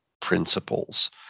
principles